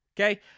okay